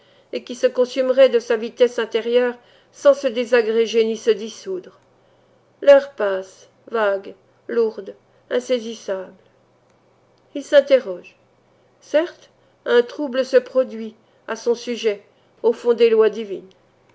et qui se consumerait de sa vitesse intérieure sans se désagréger ni se dissoudre l'heure passe vague lourde insaisissable il s'interroge certes un trouble se produit à son sujet au fond des lois divines